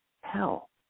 hell